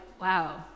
wow